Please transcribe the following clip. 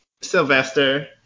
Sylvester